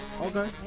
Okay